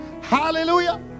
Hallelujah